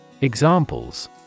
Examples